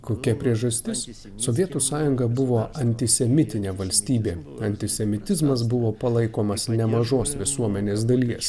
kokia priežastis sovietų sąjunga buvo antisemitinė valstybė antisemitizmas buvo palaikomas nemažos visuomenės dalies